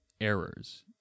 errors